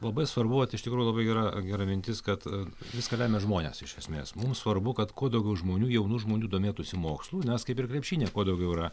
labai svarbu vat iš tikrųjų labai gera gera mintis kad viską lemia žmonės iš esmės mums svarbu kad kuo daugiau žmonių jaunų žmonių domėtųsi mokslu nes kaip ir krepšinyje kuo daugiau yra